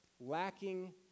lacking